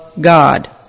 God